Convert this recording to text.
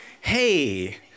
hey